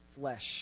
flesh